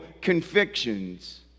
convictions